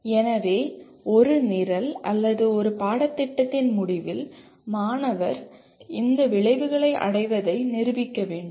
எனவே ஒரு நிரல் அல்லது ஒரு பாடத்திட்டத்தின் முடிவில் மாணவர் இந்தவிளைவுகளை அடைவதை நிரூபிக்க வேண்டும்